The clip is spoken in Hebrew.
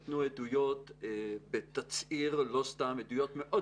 נתנו עדויות בתצהיר לא סתם עדויות מאוד